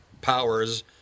powers